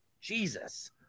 Jesus